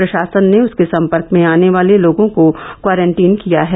प्रशासन ने उसके संपर्क में आने वाले लोगों को क्वारंटीन किया है